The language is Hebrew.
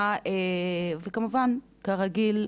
וכמובן שכרגיל,